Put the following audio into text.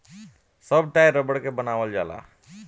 सब टायर रबड़ के बनावल जाला